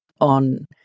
on